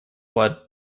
word